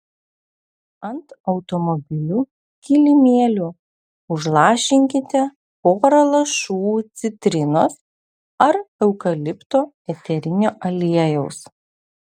ant automobilių kilimėlių užlašinkite porą lašų citrinos ar eukalipto eterinio aliejaus